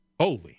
Holy